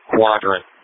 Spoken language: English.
Quadrant